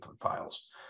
files